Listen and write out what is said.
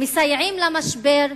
מסייעים למשבר,